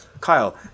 Kyle